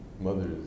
Mothers